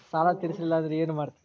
ಸಾಲ ತೇರಿಸಲಿಲ್ಲ ಅಂದ್ರೆ ಏನು ಮಾಡ್ತಾರಾ?